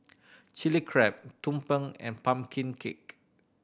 Chili Crab tumpeng and pumpkin cake